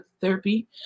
therapy